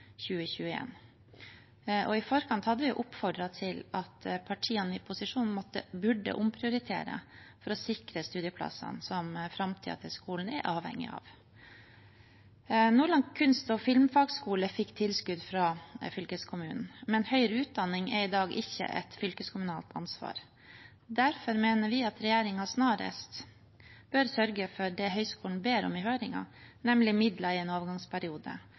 I forkant hadde vi oppfordret til at partiene i posisjon burde omprioritere for å sikre studieplassene som framtiden til skolen er avhengig av. Nordland kunst- og filmfagskole fikk tilskudd fra fylkeskommunen, men høyere utdanning er i dag ikke et fylkeskommunalt ansvar. Derfor mener vi at regjeringen snarest bør sørge for det høgskolen ber i høringen, nemlig midler i en overgangsperiode